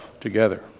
together